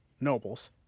nobles